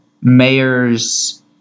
mayor's